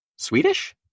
Swedish